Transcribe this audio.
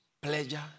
pleasure